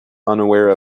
unaware